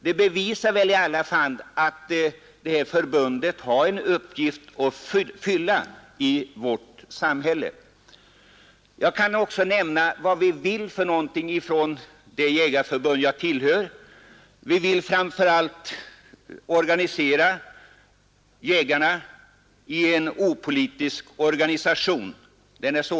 Detta bevisar väl att förbundet har en uppgift att fylla i vårt samhälle. Det jägarförbund jag tillhör vill framför allt organisera jägarna i en opolitisk organisation.